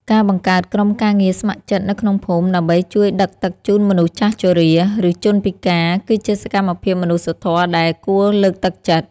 ការបង្កើតក្រុមការងារស្ម័គ្រចិត្តនៅក្នុងភូមិដើម្បីជួយដឹកទឹកជូនមនុស្សចាស់ជរា ឬជនពិការគឺជាសកម្មភាពមនុស្សធម៌ដែលគួរលើកទឹកចិត្ត។